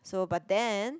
so but then